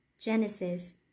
Genesis